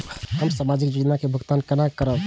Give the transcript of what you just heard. हम सामाजिक योजना के भुगतान केना करब?